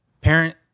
parent